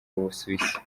busuwisi